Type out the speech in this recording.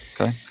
Okay